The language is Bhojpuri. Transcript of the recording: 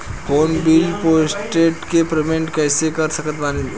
फोन बिल पोस्टपेड के पेमेंट कैसे कर सकत बानी?